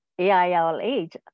AILH